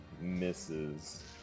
misses